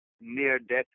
near-death